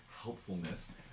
helpfulness